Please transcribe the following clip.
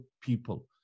people